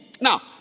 Now